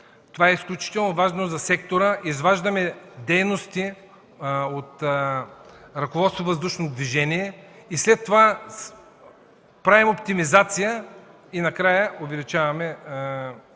Това е изключително важно за сектора – изваждаме дейности от „Ръководство на въздушното движение”, след това правим оптимизация, а накрая увеличаваме